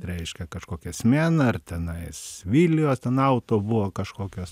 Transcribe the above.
reiškia kažkokia smiena ar tenais vilijos ten auto buvo kažkokios